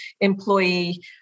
employee